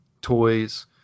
toys